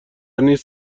نیست